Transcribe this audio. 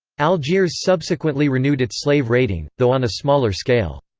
algiers subsequently renewed its slave-raiding, though on a smaller scale.